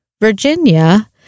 virginia